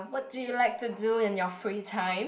what do you like to do in your free time